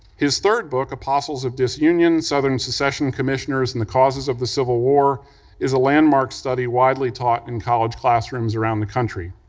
his third book, apostles of disunion southern secession commissioners and the causes of the civil war is a landmark study widely taught in college classrooms around the country.